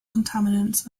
contaminants